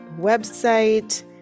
website